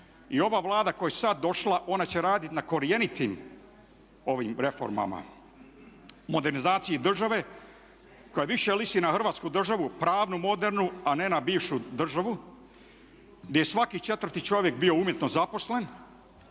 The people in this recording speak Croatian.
i ova Vlada koje je sada došla, ona će raditi na korjenitim reformama modernizaciji države koja više liči na Hrvatsku državu, pravnu, modernu a ne na bivšu državu gdje je svaki 4.-ti čovjek bio umjetno zaposlen,